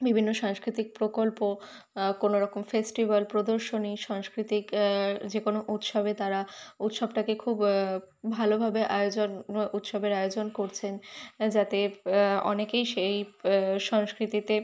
বিভিন্ন সাংস্কৃতিক প্রকল্প কোনওরকম ফেস্টিভ্যাল প্রদর্শনী সাংস্কৃতিক যে কোনও উৎসবে তারা উৎসবটাকে খুব ভালোভাবে আয়োজন ও উৎসবের আয়োজন করছেন যাতে অনেকেই সেই সংস্কৃতিতে